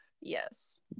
Yes